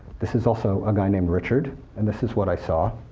this is also a guy named richard, and this is what i saw.